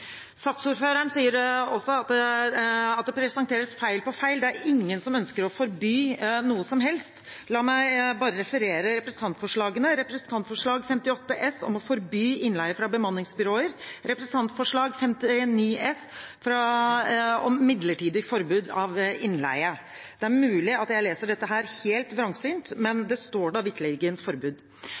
Saksordføreren sier også at det presenteres feil på feil, at ingen ønsker å forby noe som helst. La meg bare referere representantforslagene: representantforslag 58 S «om å forby innleie fra bemanningsbyråer», representantforslag 59 S «om midlertidig forbud mot innleie». Det er mulig jeg leser dette helt vrangsynt, men det står vitterlig forbud.